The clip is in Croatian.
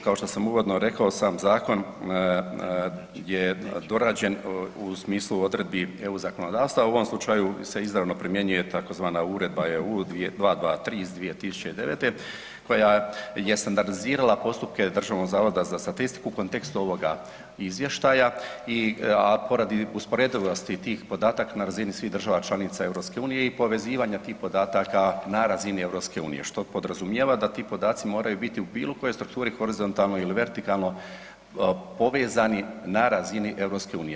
Kao što sam uvodno rekao sam zakon je dorađen u smislu odredbi EU zakonodavstva, u ovom slučaju se izravno primjenjuje tzv. Uredba EU 223 iz 2009. koja je standardizirala postupke Državnog zavoda za statistiku u kontekstu ovoga izvještaja i, a poradi usporedivosti tih podataka na razini svih država članica EU i povezivanja tih podataka na razini EU, što podrazumijeva da ti podaci moraju biti u bilo kojoj strukturi horizontalno ili vertikalno povezani na razini EU.